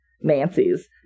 Nancy's